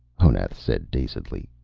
honath said dazedly.